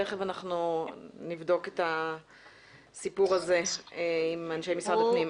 תיכף אנחנו נבדוק את הסיפור הזה עם אנשי משרד הפנים.